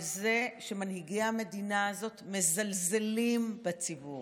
על זה שמנהיגי המדינה הזאת מזלזלים בציבור?